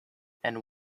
and